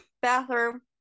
Bathroom